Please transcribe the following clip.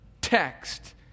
text